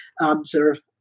observe